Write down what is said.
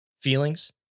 feelings